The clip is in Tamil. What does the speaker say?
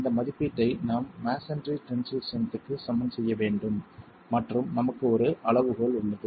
இந்த மதிப்பீட்டை நாம் மஸோன்றி டென்சில் ஸ்ட்ரென்த்க்கு சமன் செய்ய வேண்டும் மற்றும் நமக்கு ஒரு அளவுகோல் உள்ளது